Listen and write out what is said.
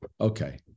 okay